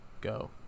go